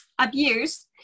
abuse